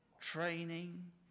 training